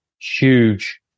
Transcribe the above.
huge